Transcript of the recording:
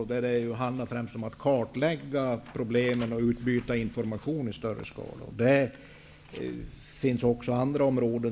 Där handlar det ju främst om att kartlägga problemen och utbyta information i större skala. Det finns också andra områden.